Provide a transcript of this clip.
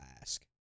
ask